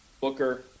Booker –